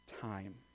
time